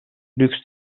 lüks